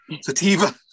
sativa